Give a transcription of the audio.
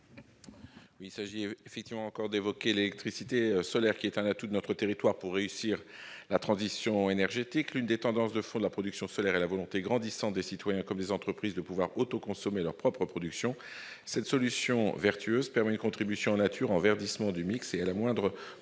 La parole est à M. Antoine Lefèvre. L'électricité solaire est l'un des atouts de notre territoire pour réussir la transition énergétique. L'une des tendances de fond de la production solaire est la volonté grandissante des citoyens comme des entreprises de pouvoir autoconsommer leur propre production. Cette solution, vertueuse, permet une contribution en nature au verdissement du mix et à la moindre consommation